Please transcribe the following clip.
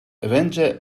avenger